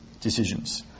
decisions